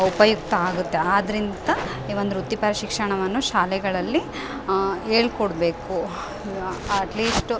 ಉಪಯುಕ್ತ ಆಗುತ್ತೆ ಆದ್ದರಿಂದ ಈ ಒಂದು ವೃತ್ತಿಪರ ಶಿಕ್ಷಣವನ್ನು ಶಾಲೆಗಳಲ್ಲಿ ಹೇಳ್ಕೊಡ್ಬೇಕು ಅಟ್ ಲೀಸ್ಟು